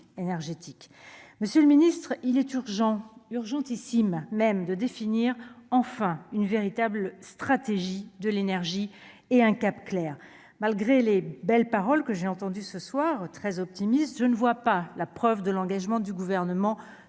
monsieur le Ministre, il est urgent urgentissime même de définir enfin une véritable stratégie de l'énergie et un cap clair, malgré les belles paroles que j'ai entendu ce soir très optimiste, je ne vois pas la preuve de l'engagement du gouvernement